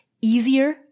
easier